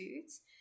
foods